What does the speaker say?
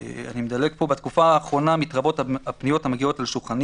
בתקופה האחרונה מתרבות הפניות המגיעות לשולחני,